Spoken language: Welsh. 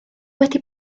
wedi